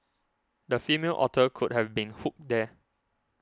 the female otter could have been hooked there